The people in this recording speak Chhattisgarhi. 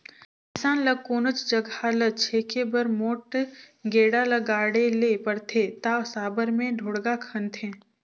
किसान ल कोनोच जगहा ल छेके बर मोट गेड़ा ल गाड़े ले परथे ता साबर मे ढोड़गा खनथे